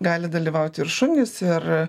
gali dalyvauti ir šunys ir